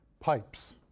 pipes